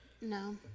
no